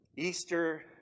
Easter